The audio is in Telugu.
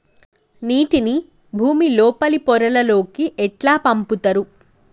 నీటిని భుమి లోపలి పొరలలోకి ఎట్లా పంపుతరు?